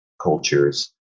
cultures